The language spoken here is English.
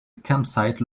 campsite